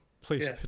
Please